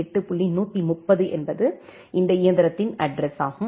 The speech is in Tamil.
130 என்பது இந்த இயந்திரத்தின் அட்ரஸ் ஆகும்